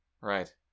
Right